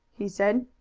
he said.